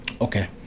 okay